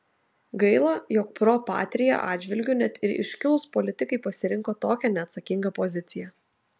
gaila jog pro patria atžvilgiu net ir iškilūs politikai pasirinko tokią neatsakingą poziciją